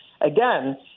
Again